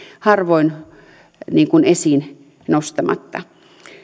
harvoin esiin nostamatta